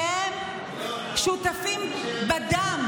שהם שותפים בדם,